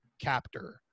captor